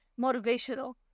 motivational